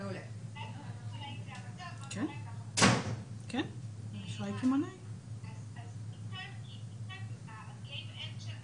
כל כמה חודשים יש כמה ימים לפחות שחשבון הבנק